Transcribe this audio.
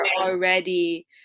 already